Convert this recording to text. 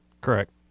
Correct